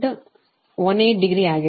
18 degree ಆಗಿದೆ